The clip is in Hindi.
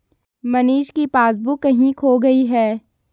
मनीष की पासबुक कहीं खो गई है